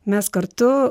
mes kartu